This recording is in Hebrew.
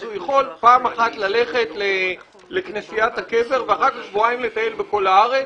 הוא יכול פעם אחת ללכת לכנסיית הקבר ואחת לשבועיים לטייל בכל הארץ